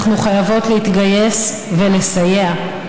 אנחנו חייבות להתגייס ולסייע.